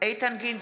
איתן גינזבורג,